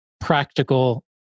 practical